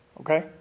okay